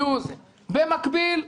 במקביל,